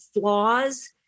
flaws